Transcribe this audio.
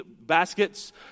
baskets